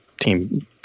team